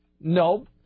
no